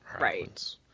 right